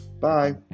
Bye